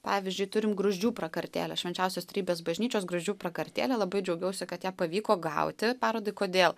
pavyzdžiui turim gruzdžių prakartėlę švenčiausios trejybės bažnyčios gruzdžių prakartėlę labai džiaugiausi kad ją pavyko gauti parodai kodėl